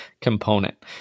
component